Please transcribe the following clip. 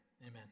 Amen